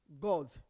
God